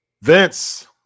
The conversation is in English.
Vince